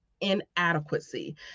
inadequacy